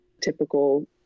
typical